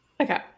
Okay